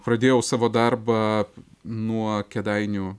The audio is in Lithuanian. pradėjau savo darbą nuo kėdainių